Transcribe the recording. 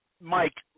Mike